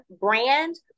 brand